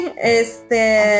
este